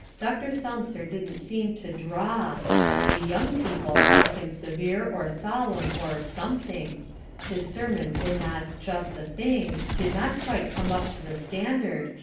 dr. selmser didn't seem to draw the young people thought him severe or solemn or something his sermons were not just the thing did not quite come up to the standard,